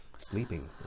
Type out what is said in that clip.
sleeping